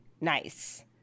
nice